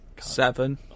Seven